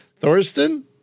Thorsten